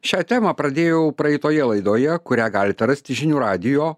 šią temą pradėjau praeitoje laidoje kurią galite rasti žinių radijo